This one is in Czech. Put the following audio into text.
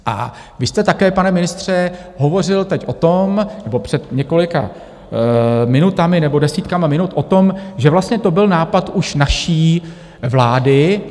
A vy jste také, pane ministře, hovořil teď o tom nebo před několika minutami nebo desítkami minut o tom, že vlastně to byl nápad už naší vlády.